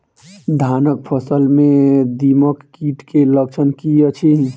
धानक फसल मे दीमक कीट केँ लक्षण की अछि?